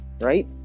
right